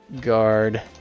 guard